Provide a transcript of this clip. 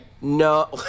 No